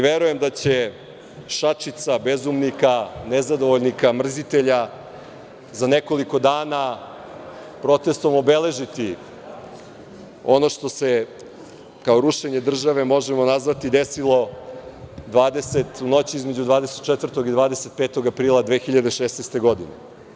Verujem, da će šačica bezumnika, nezadovoljnika, mrzitelja, za nekoliko dana protestom obeležiti ono što se kao rušenje države možemo nazvati, desilo u noći između 24. i 25. aprila 2016. godine.